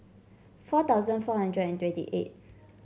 four thousand four hundred and twenty eight